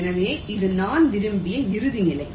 எனவே இது நான் விரும்பிய இறுதி நிலை